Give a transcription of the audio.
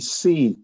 see